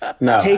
No